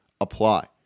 apply